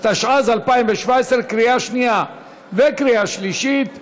התשע"ז 2017, לקריאה שנייה וקריאה שלישית.